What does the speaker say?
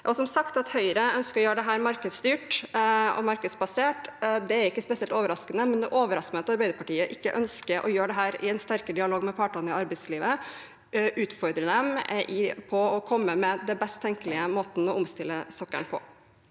Som sagt: At Høyre ønsker å gjøre dette markedsstyrt og markedsbasert, er ikke spesielt overraskende, men det overrasker meg at Arbeiderpartiet ikke ønsker å gjøre dette i en sterkere dialog med partene i arbeidslivet, og utfordre dem på å komme med den best tenkelige måten å omstille sokkelen på.